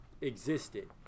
Existed